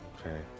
Okay